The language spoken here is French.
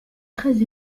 très